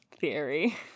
theory